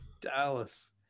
Dallas